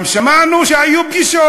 גם שמענו שהיו פגישות.